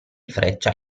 freccia